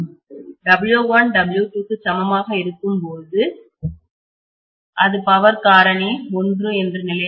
W1 W2 க்கு சமமாக இருக்கும்போது அது பவர் காரணி ஒன்று என்ற நிலையாக இருக்கும்